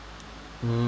hmm